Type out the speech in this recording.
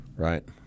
right